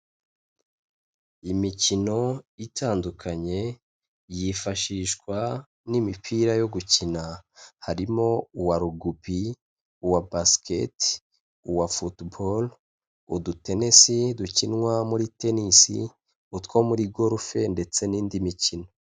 Imikino itandukanye yifashishwa n'imipira yo gukina, harimo uwa rugubi, uwa basiketi, uwa futuboru, utudenesi, dukinwa muri tenisi, utwo muri gorufe, ndetse n'indi mikino.